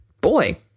Boy